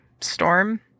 Storm